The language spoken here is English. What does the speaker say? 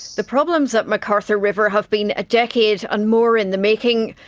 the problems at mcarthur river have been a decade and more in the making.